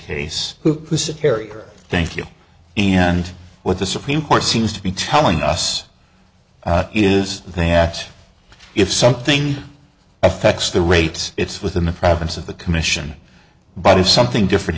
carrie thank you and what the supreme court seems to be telling us is that if something affects the rate it's within the province of the commission but if something different